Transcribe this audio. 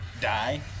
die